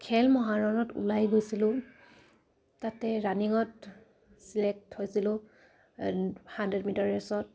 খেল মহাৰণত ওলাই গৈছিলোঁ তাতে ৰানিঙত ছিলেক্ট হৈছিলোঁ হাণ্ড্ৰেড মিটাৰ ৰেচত